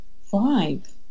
five